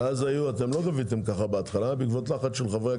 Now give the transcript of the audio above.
לא גביתם כך בהתחלה בעקבות לחץ של חברי הכנסת.